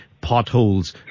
potholes